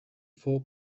four